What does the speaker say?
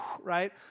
Right